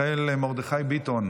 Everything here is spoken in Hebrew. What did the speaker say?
חבר הכנסת מיכאל מרדכי ביטון,